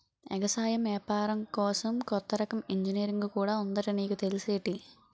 ఎగసాయం ఏపారం కోసం కొత్త రకం ఇంజనీరుంగు కూడా ఉందట నీకు తెల్సేటి?